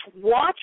watch